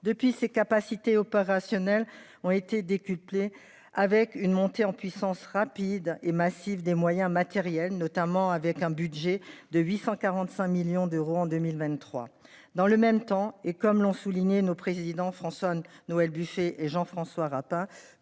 depuis ses capacités opérationnelles ont été décuplées avec une montée en puissance rapide et massive des moyens matériels, notamment avec un budget de 845 millions d'euros en 2023. Dans le même temps et comme l'ont souligné nos présidents François Noël Buffet et Jean-François Rapin,